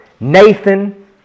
Nathan